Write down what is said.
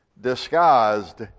disguised